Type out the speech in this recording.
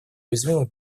уязвимой